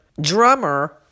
drummer